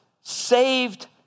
saved